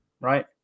right